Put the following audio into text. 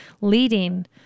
leading